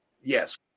yes